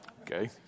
Okay